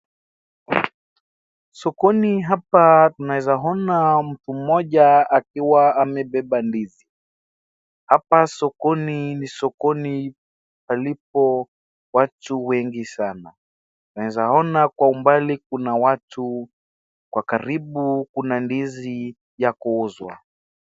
Sokoni hapa tunaezaona mmoja akiwa amebeba ndizi. Hapa sokoni ni sokoni palipo watu wengi sana. Tunaeza ona kwa umbali kuna watu, kwa karibu kuna ndizi ya kuuzwa.